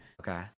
Okay